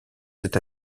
c’est